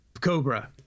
Cobra